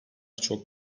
çok